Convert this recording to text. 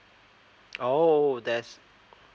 oh there's